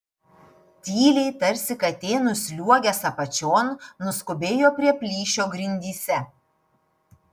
tyliai tarsi katė nusliuogęs apačion nuskubėjo prie plyšio grindyse